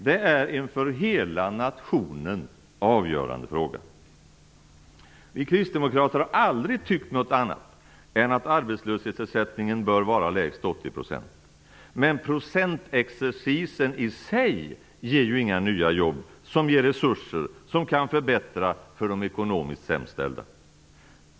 Det är en för hela nationen avgörande fråga. Vi kristdemokrater har aldrig tyckt något annat än att arbetslöshetsersättningen bör vara lägst 80 %. Men procentexercisen i sig ger ju inga nya jobb, som ger resurser och kan förbättra för de ekonomiskt sämst ställda.